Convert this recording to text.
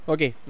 Okay